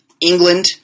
England